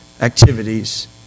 activities